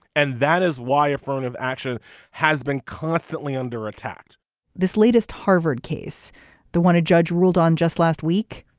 and that is why affirmative action has been constantly under attack this latest harvard case the one a judge ruled on just last week.